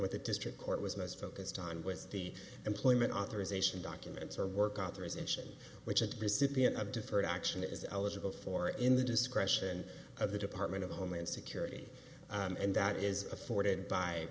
what the district court was most focused on was the employment authorization documents or work authorization which a recipient of deferred action is eligible for in the discretion of the department of homeland security and that is afforded by